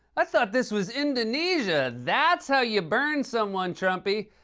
i thought this was indonesia! that's how you burn someone, trumpy.